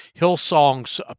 Hillsong's